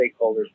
stakeholders